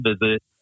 visit